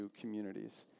communities